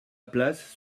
place